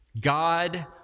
God